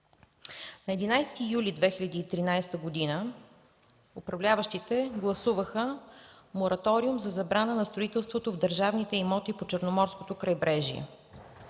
На 11 юли 2013 г. управляващите гласуваха Мораториум за забрана на строителството в държавните имоти по Черноморското крайбрежие.